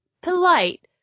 polite